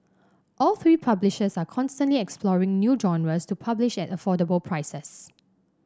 all three publishers are constantly exploring new genres to publish at affordable prices